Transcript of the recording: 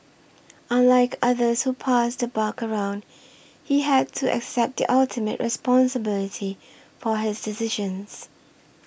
unlike others who passed the buck around he had to accept the ultimate responsibility for his decisions